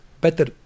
better